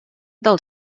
del